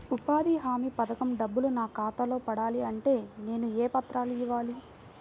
ఉపాధి హామీ పథకం డబ్బులు నా ఖాతాలో పడాలి అంటే నేను ఏ పత్రాలు ఇవ్వాలి?